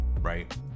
right